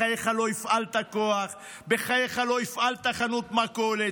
בחייך לא הפעלת כוח, בחייך לא הפעלת חנות מכולת.